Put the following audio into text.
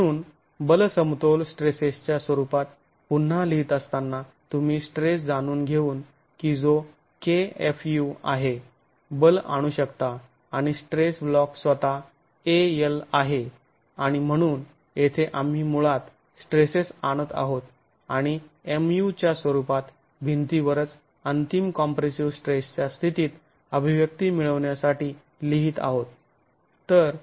म्हणून बल समतोल स्ट्रेसेसच्या स्वरूपात पुन्हा लिहीत असताना तुम्ही स्ट्रेस जाणून घेऊन कि जो kfu आहे बल आणू शकता आणि स्ट्रेस ब्लॉक स्वतः al आहे आणि म्हणून येथे आम्ही मुळात स्ट्रेसेस आणत आहोत आणि Mu च्या स्वरूपात भिंतीवरच अंतिम कॉम्प्रेसिव स्ट्रेसच्या स्थितीत अभिव्यक्ती मिळवण्यासाठी लिहीत आहोत